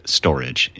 storage